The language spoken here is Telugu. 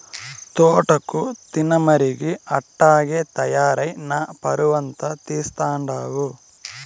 తోటాకు తినమరిగి అట్టాగే తయారై నా పరువంతా తీస్తండావు